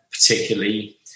Particularly